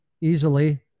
easily